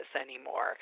anymore